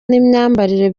n’imyambarire